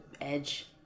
edge